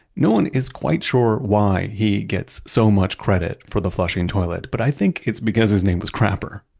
no one is quite sure why he gets so much credit for the flushing toilet, but i think it's because his name was crapper.